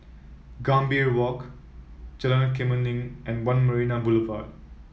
Gambir Walk Jalan Kemuning and One Marina Boulevard